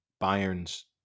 Bayern's